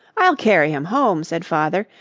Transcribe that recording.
i'll carry him home, said father,